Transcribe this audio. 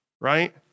right